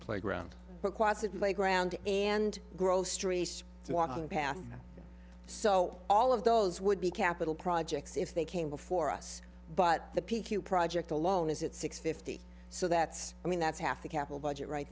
playground requires that playground and grow street walking paths so all of those would be capital projects if they came before us but the p q project alone is at six fifty so that's i mean that's half the capital budget right